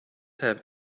have